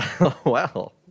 Wow